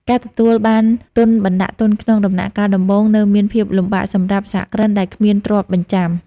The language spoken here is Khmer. ការទទួលបានទុនបណ្ដាក់ទុនក្នុងដំណាក់កាលដំបូងនៅមានភាពលំបាកសម្រាប់សហគ្រិនដែលគ្មានទ្រព្យបញ្ចាំ។